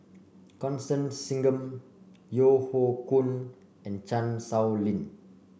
Constance Singam Yeo Hoe Koon and Chan Sow Lin